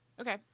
Okay